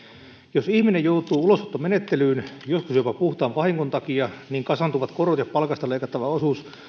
jos ihminen joutuu ulosottomenettelyyn joskus jopa puhtaan vahingon takia niin kasaantuvat korot ja palkasta leikattava osuus